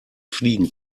fliegen